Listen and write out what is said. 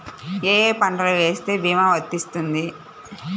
ఏ ఏ పంటలు వేస్తే భీమా వర్తిస్తుంది?